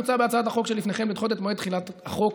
מוצע בהצעת החוק שלפניכם לדחות את מועד תחילת החוק